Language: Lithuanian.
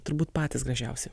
turbūt patys gražiausi